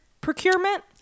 procurement